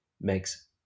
makes